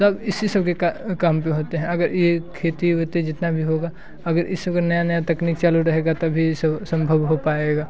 सब इसी से सब के काम पर होते हैं अगर ये खेती वेती जितनी भी होगी अगर इन सब का नया नया तकनीक चालू रहेगा तभी यह सब संभव हो पाएगा